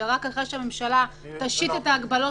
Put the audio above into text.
כדי שכולנו נהיה באותו --- אתה יכול להזכיר לנו כמה חוקרות יש?